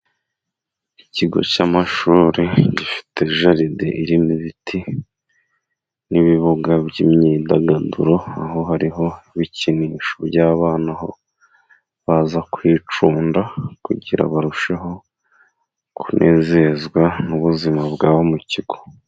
Ikigo cy'amashuri gifite jaride irimo ibiti n'ibibuga by'imyidagaduro aho hariho ibikinisho by'abana aho baza kwicunda kugira ngo barusheho kunezezwa n'ubuzima bwabo mu kigo.